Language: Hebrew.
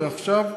זה עכשיו,